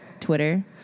Twitter